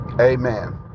amen